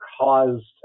caused